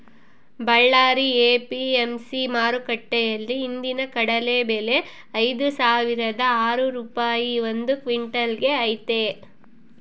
Ballari APMC ಮಾರುಕಟ್ಟೆಯಲ್ಲಿ ಇಂದಿನ ಕಡಲೆ ಬೆಲೆ ಐದುಸಾವಿರದ ಆರು ರೂಪಾಯಿ ಒಂದು ಕ್ವಿನ್ಟಲ್ ಗೆ ಐತೆ